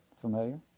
familiar